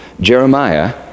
Jeremiah